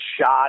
shot